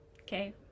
Okay